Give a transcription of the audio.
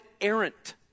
errant